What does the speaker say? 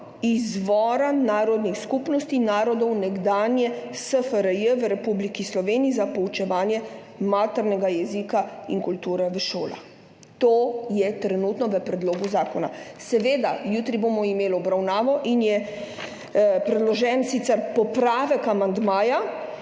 izvora narodnih skupnosti narodov nekdanje SFRJ v RS v Republiki Sloveniji za poučevanje maternega jezika in kulture v šolah.« To je trenutno v predlogu zakona. Seveda, jutri bomo imeli obravnavo in je sicer predložen popravek amandmaja,